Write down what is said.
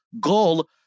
goal